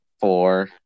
four